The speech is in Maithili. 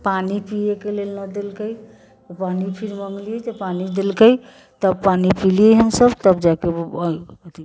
पानि पियैके लेल न देलके पानि फिर मङ्गलियै तऽ पानि देलकै तब पानि पिलियै हम सभ तब जाकऽ वो अथि भेलै